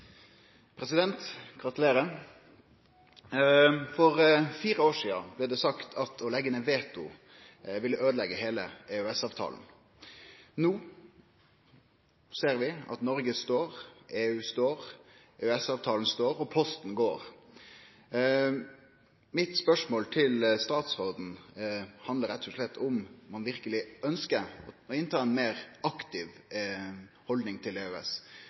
For fire år sidan blei det sagt at å leggje ned veto ville øydeleggje heile EØS-avtalen. No ser vi at Noreg står, EU står, EØS-avtalen står – og posten går. Mitt spørsmål til statsråden handlar rett og slett om ein verkeleg ønskjer å ha ei meir aktiv haldning til EØS